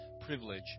privilege